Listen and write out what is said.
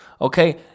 okay